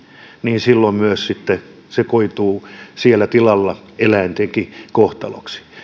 niin silloin se koituu myös siellä tilalla eläintenkin kohtaloksi